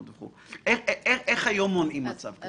איך היום מונעים מצב כזה?